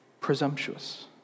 presumptuous